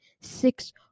six